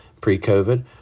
pre-COVID